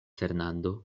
fernando